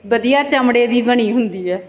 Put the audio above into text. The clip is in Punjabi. ਵਧੀਆ ਚਮੜੇ ਦੀ ਬਣੀ ਹੁੰਦੀ ਹੈ